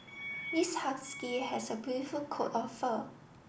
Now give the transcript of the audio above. this husky has a beautiful coat of fur